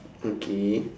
okay